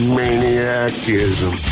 maniacism